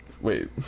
Wait